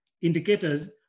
indicators